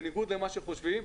בניגוד למה שחושבים,